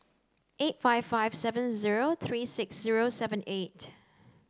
eight five five seven zero three six zero seven eight